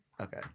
Okay